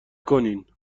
کنین